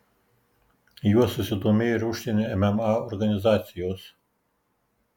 juo susidomėjo ir užsienio mma organizacijos